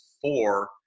four